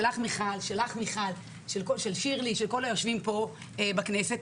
של כל היושבים פה כאן בכנסת,